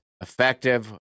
effective